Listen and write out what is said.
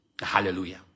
Hallelujah